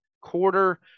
quarter